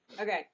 okay